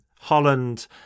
Holland